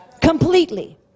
completely